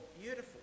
beautiful